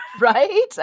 Right